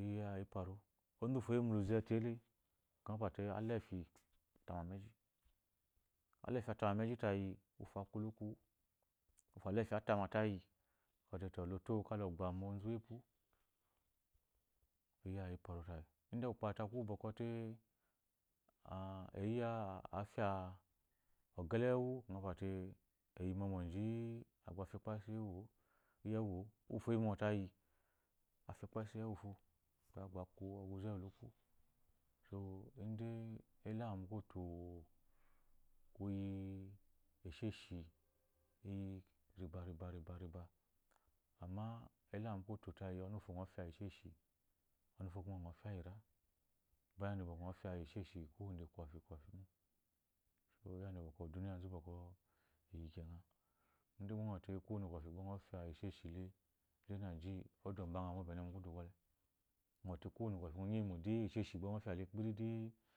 iya iparu onzu eyi mu luze tele ekeyi ngɔ pwate ala efi atameji alaefi atama meji tayi uwufo aku luku-u uwufo alaefi ata ma tayi lo to-u ka lo gba mu onzu uwepu uga iparu tayi idegba ukpo ate aku-u. bwɔkwɔ te a eyi ya a ogele wu wewu ngɔ pwate eyi mɔmɔ ji-i agba efya ekpansu eyiewu uwufo iyi mɔmɔ tayi afya ekpa suwyi ewu fo aku oguze uwu luku u so eyi ilama mu koto ku yi esheshi eyi tayi ɔnu uwufo ngɔ fya esheshi ɔnu uwufo kuma ngɔ fya iya ra baya da bwɔkwɔ ngɔ fya iyi esheshi kowa de kɔfi kofi mo so yadda bwɔkwɔ oduniya nzu bwɔkwɔ eyi kena idan gba ngɔte kowane kɔfi gba ngɔ fya esheshi le inaji odo mbangha mo bene bgɔte kowane kɔfi ngɔ nyi eyi mo de